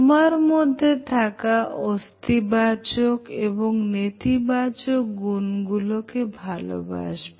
তোমার মধ্যে থাকা অস্তিবাচক এবং নেতিবাচক গুণগুলো ভালবাসবে